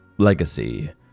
Legacy